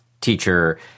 teacher